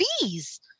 bees